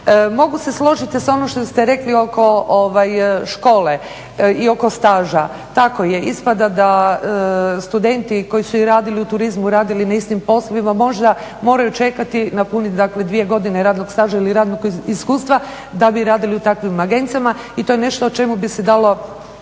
Mogu se složiti sa onim što ste rekli oko škole i oko staža. Tako je, ispada da studenti koji su i radili u turizmu, radili na istim poslovima možda moraju čekati, napuniti dakle dvije godine radnog staža ili radnog iskustva da bi radili u takvim agencijama i to je nešto o čemu bi se dalo